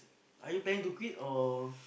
are you planning to quit or